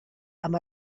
amb